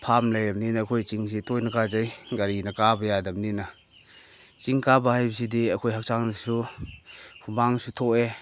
farm ꯂꯩꯔꯕꯅꯤꯅ ꯑꯩꯈꯣꯏ ꯆꯤꯡꯁꯦ ꯇꯣꯏꯅ ꯀꯥꯖꯩ ꯒꯥꯔꯤꯅ ꯀꯥꯕ ꯌꯥꯗꯝꯅꯤꯅ ꯆꯤꯡ ꯀꯥꯕ ꯍꯥꯏꯕꯁꯤꯗꯤ ꯑꯩꯈꯣꯏ ꯍꯛꯆꯥꯡꯗꯁꯨ ꯍꯨꯃꯥꯡꯁꯨ ꯊꯣꯛꯑꯦ